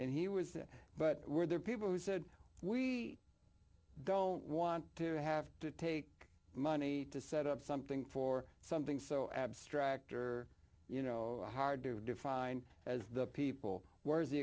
and he was but were there people who said we don't want to have to take money to set up something for something so abstract or you know hard to define as the people were the